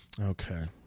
Okay